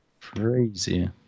Crazy